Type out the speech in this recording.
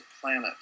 planet